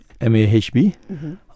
MAHB